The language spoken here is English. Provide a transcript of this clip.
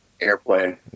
Airplane